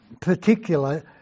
particular